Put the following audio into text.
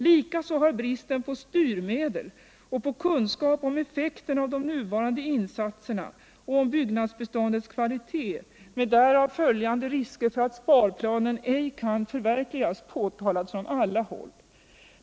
Likaså har bristen på styrmedel och på kunskap om effekten av de nuvarande insatserna och om byggnadsbeståndets kvalitet — med därav följande risker för att sparprogrammet ej kan förverkligas — påtalats från alla håll.